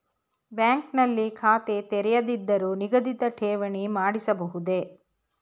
Bank ನಲ್ಲಿ ಖಾತೆ ತೆರೆಯದಿದ್ದರೂ ನಿಗದಿತ ಠೇವಣಿ ಮಾಡಿಸಬಹುದೇ?